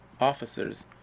officers